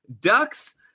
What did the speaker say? Ducks